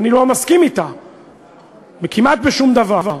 אני לא מסכים אתה כמעט בשום דבר,